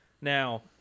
Now